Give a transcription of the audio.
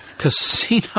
casino